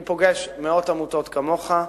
אני פוגש מאות עמותות, כמוך.